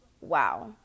Wow